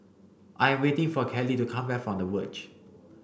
I am waiting for Kallie to come back from the Verge